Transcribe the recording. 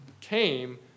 came